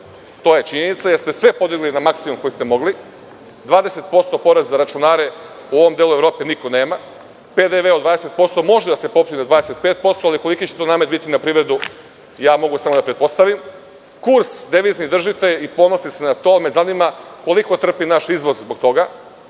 da podižete, jer ste sve podigli na maksimum koji ste mogli. Dvadeset posto porez za računare u ovom delu Evrope niko nema. PDV od 20% može da se popne na 25%, ali koliki će to namet biti na privredu, mogu samo da pretpostavim. Kurs devizni držite i ponosni ste na to, ali me zanima koliko trpi naš izvoz zbog toga